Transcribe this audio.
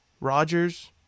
Rodgers